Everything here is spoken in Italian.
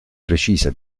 precisa